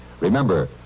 Remember